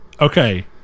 okay